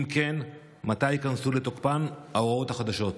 3. אם כן, מתי ייכנסו לתוקפן ההוראות החדשות?